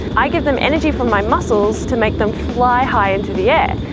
i give them energy from my muscles to make them fly high into the air.